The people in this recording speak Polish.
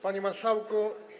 Panie Marszałku!